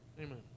Amen